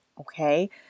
Okay